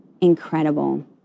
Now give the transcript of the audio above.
Incredible